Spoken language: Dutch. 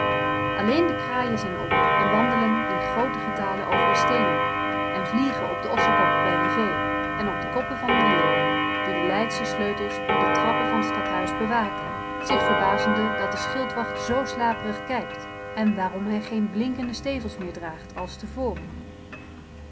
alleen de kraaien zijn op en wandelen in grooten getale over de steenen en vliegen op den ossekop bij rivé en op de koppen van de leeuwen die de leidsche sleutels op de trappen van t stadhuis bewaken zich verbazende dat de schildwacht zoo slaperig kijkt en waarom hij geen blinkende stevels meer draagt als tevoren